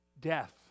death